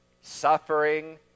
suffering